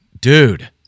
dude